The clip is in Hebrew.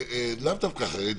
לאו דווקא חרדיים,